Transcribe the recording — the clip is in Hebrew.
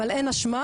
אבל אין אשמה,